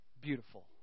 beautiful